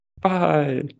Bye